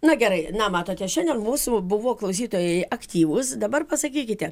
na gerai na matote šiandien mūsų buvo klausytojai aktyvūs dabar pasakykite